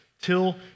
Till